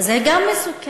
זה גם מסוכן.